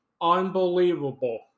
Unbelievable